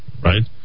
right